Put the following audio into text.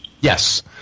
Yes